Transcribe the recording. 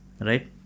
right